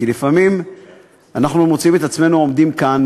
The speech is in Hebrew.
כי לפעמים אנחנו מוצאים את עצמנו עומדים כאן,